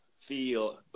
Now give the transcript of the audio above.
feel